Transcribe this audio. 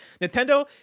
Nintendo